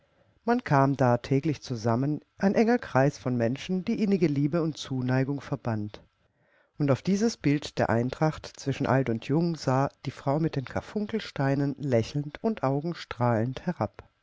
man kam da täglich zusammen ein enger kreis von menschen die innige liebe und zuneigung verband und auf dieses bild der eintracht zwischen alt und jung sah die frau mit den karfunkelsteinen lächelnd und augenstrahlend herab